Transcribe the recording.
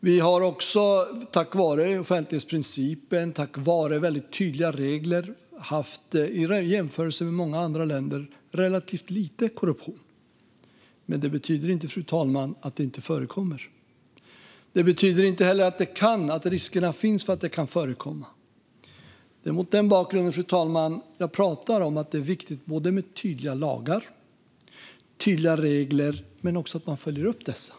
Vi har också i jämförelse med många andra länder, tack vare offentlighetsprincipen och väldigt tydliga regler, haft relativt lite korruption. Men det betyder inte, fru talman, att det inte förekommer. Det betyder inte heller att inte risken finns för att det kan förekomma. Det är mot denna bakgrund, fru talman, som jag talar om att det är viktigt med tydliga lagar och regler och att man också följer upp dessa.